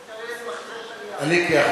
אפשר יהיה למחזר את הנייר.